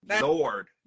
Lord